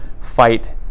fight